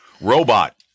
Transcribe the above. Robot